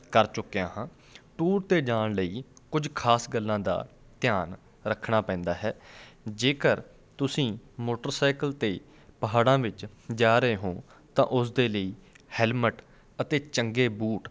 ਕਰ ਚੁੱਕਿਆ ਹਾਂ ਟੂਰ 'ਤੇ ਜਾਣ ਲਈ ਕੁਝ ਖਾਸ ਗੱਲਾਂ ਦਾ ਧਿਆਨ ਰੱਖਣਾ ਪੈਂਦਾ ਹੈ ਜੇਕਰ ਤੁਸੀਂ ਮੋਟਰਸਾਇਕਲ 'ਤੇ ਪਹਾੜਾਂ ਵਿੱਚ ਜਾ ਰਹੇ ਹੋ ਤਾਂ ਉਸ ਦੇ ਲਈ ਹੈਲਮਟ ਅਤੇ ਚੰਗੇ ਬੂਟ